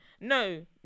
no